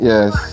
Yes